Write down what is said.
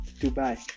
Dubai